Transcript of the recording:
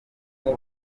b’u